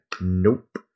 Nope